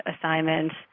assignments